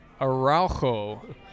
Araujo